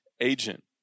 agent